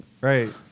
Right